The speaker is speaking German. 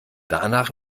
danach